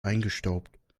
angestaubt